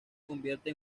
convierte